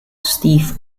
steve